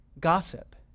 gossip